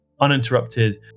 uninterrupted